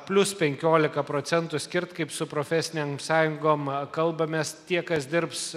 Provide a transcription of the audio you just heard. plius penkiolika procentų skirt kaip su profesinėm sąjungom kalbamės tie kas dirbs